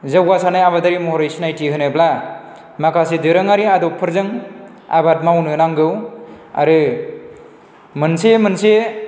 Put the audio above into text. जौगासारनाय आबादारि महरै सिनायथि होनोब्ला माखासे दोरोङारि आदबफोरजों आबाद मावनो नांगौ आरो मोनसे मोनसे